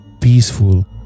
peaceful